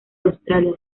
australia